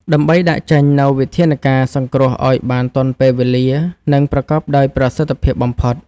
ដើម្បីដាក់ចេញនូវវិធានការសង្គ្រោះឱ្យបានទាន់ពេលវេលា និងប្រកបដោយប្រសិទ្ធភាពបំផុត។